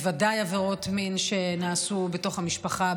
בוודאי עבירות מין שנעשו במשפחה,